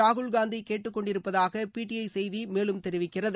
ராகுல் காந்தி கேட்டுக் கொண்டிருப்பதாக பிடிஐ செய்தி மேலும் தெரிவிக்கிறது